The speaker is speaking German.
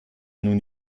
nun